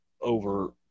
over